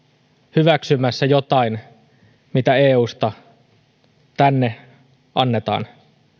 hyväksymässä jotain mitä eusta tänne annetaan